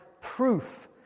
proof